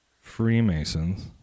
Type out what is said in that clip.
Freemasons